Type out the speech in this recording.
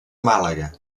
màlaga